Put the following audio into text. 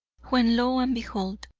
when lo and behold,